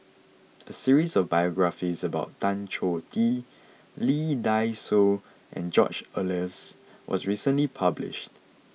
a series of biographies about Tan Choh Tee Lee Dai Soh and George Oehlers was recently published